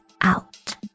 out